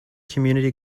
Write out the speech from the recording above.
community